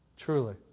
Truly